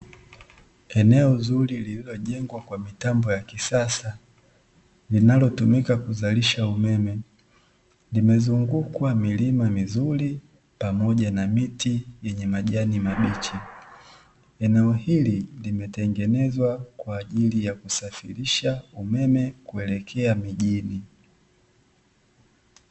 Eneo zuri lililojengwa kwa mitambo ya kisasa linalotumika kuzalisha umeme, limezungukwa milima mizuri pamoja na miti yenye majani mabichi. Eneo hili limetengenezwa kwa ajili ya kusafirisha umeme kuelekea mijini.